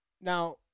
Now